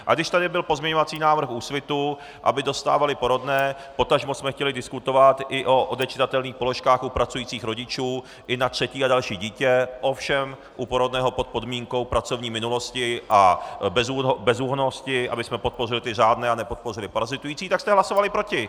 A když tady byl pozměňovací návrh Úsvitu, aby dostávali porodné, potažmo jsme chtěli diskutovat i o odečitatelných položkách u pracujících rodičů i na třetí a další dítě, ovšem u porodného pod podmínkou pracovní minulosti a bezúhonnosti, abychom podpořili ty řádné a nepodpořili parazitující, tak jste hlasovali proti!